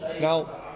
now